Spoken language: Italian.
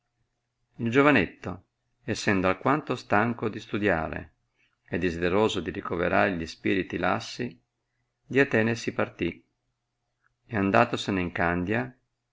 il giovanetto essendo alquanto stanco di studiare e desideroso di ricoverare gli spiriti lassi di atene si partì ed andatosene in candia